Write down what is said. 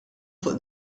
fuq